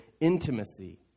intimacy